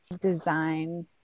design